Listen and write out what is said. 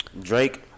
Drake